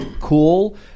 cool